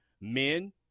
men